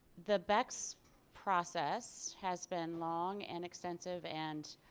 the bex process has been long and extensive and.